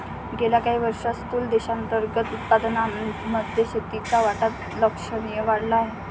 गेल्या काही वर्षांत स्थूल देशांतर्गत उत्पादनामध्ये शेतीचा वाटा लक्षणीय वाढला आहे